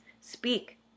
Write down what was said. speak